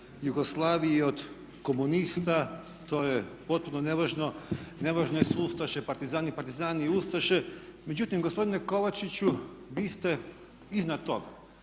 Jugoslavije, od komunista to je potpuno nevažno, nevažne su ustaše, partizani, partizani i ustaše. Međutim, gospodine Kovačiću vi ste iznad toga.